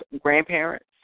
grandparents